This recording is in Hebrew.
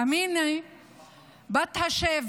אמינה בת השבע